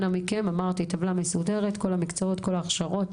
אנא מכם - טבלה מסודרת, כל המקצועות כל ההכשרות.